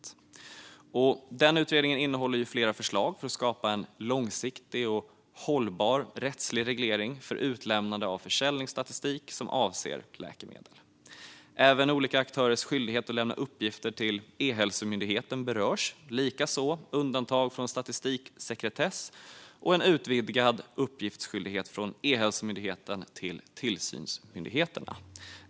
Den utredningen innehåller flera förslag för att skapa en långsiktig och hållbar rättslig reglering av utlämnande av försäljningsstatistik som avser läkemedel. Även olika aktörers skyldighet att lämna uppgifter till E-hälsomyndigheten berörs, likaså undantag från statistiksekretess och en utvidgad uppgiftsskyldighet för E-hälsomyndigheten gentemot tillsynsmyndigheterna.